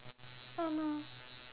oh no